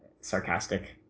sarcastic